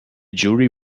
jury